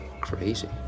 Crazy